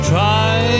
Try